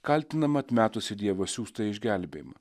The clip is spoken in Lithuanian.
kaltinama atmetusi dievo siųstą išgelbėjimą